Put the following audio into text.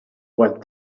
what